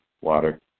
water